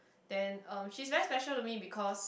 then um she's very special to me because